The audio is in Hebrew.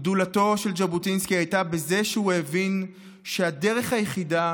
גדולתו של ז'בוטינסקי הייתה בזה שהוא הבין שהדרך היחידה